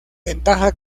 ventaja